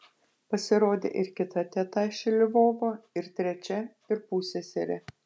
pasirodė ir kita teta iš lvovo ir trečia ir pusseserė